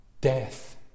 death